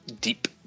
deep